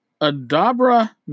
Adabra